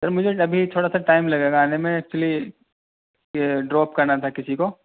سر مجھے ابھی تھوڑا سا ٹائم لگے گا آنے میں ایکچولی ڈراپ کرنا تھا کسی کو